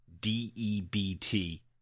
D-E-B-T